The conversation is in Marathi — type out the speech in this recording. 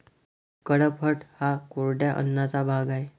कडपह्नट हा कोरड्या अन्नाचा भाग आहे